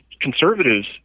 conservatives